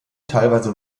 teilweise